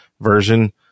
version